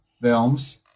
films